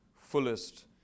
fullest